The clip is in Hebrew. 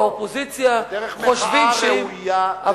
באופוזיציה, חושבים, זו דרך מחאה ראויה.